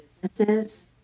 businesses